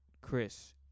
Chris